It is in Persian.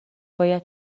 باید